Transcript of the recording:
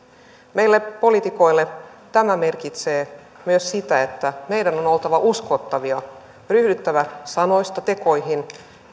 meille poliitikoille tämä merkitsee myös sitä että meidän on oltava uskottavia ryhdyttävä sanoista tekoihin